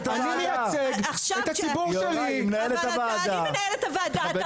אני מנהלת את הוועדה.